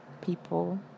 people